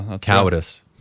Cowardice